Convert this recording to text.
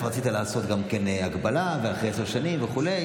רצית לעשות גם כן הגבלה, אחרי עשר שנים וכו'.